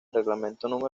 reglamento